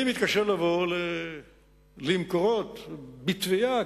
אני מתקשה לבוא ל"מקורות" בתביעה,